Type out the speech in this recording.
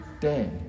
day